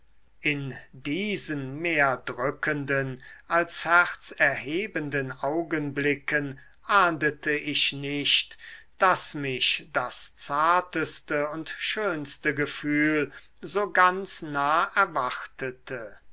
in diesen mehr drückenden als herzerhebenden augenblicken ahndete ich nicht daß mich das zarteste und schönste gefühl so ganz nah erwartete